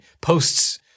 posts